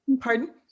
Pardon